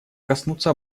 коснуться